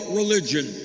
religion